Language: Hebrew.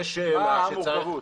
מה המורכבות?